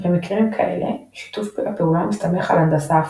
במקרים כאלה שיתוף הפעולה מסתמך על הנדסה הפוכה,